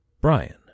Brian